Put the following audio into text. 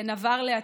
בין עבר לעתיד.